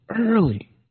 early